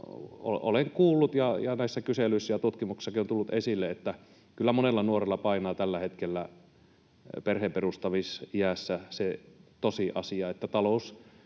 olen kuullut ja näissä kyselyissä ja tutkimuksissakin on tullut esille, että kyllä monella nuorella painaa tällä hetkellä perheenperustamisiässä se tosiasia, että